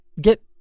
Get